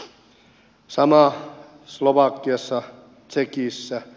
sama slovakiassa ja tekissä